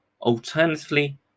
Alternatively